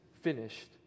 finished